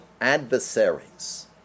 adversaries